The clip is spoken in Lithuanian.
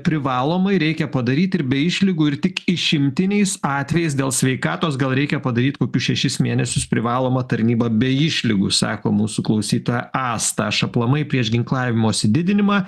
privalomai reikia padaryt ir be išlygų ir tik išimtiniais atvejais dėl sveikatos gal reikia padaryt kokius šešis mėnesius privalomą tarnybą be išlygų sako mūsų klausytoja asta aš aplamai prieš ginklavimosi didinimą